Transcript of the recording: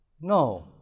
No